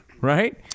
right